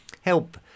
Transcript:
help